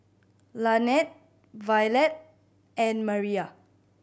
Lanette Violette and Maria